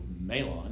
Malon